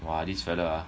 !wah! this fella ah